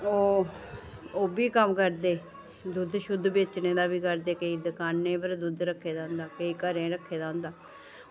ओह् ओह्बी कम्म करदे दुद्ध बेचने दा बी करदे केईं दुकानें परें दुद्ध रक्खै दा होंदा के्ईं घरें रक्खे दा होंदा